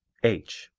h.